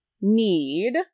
need